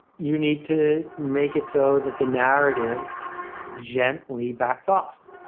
you need to make it so that the narrative gently backs off.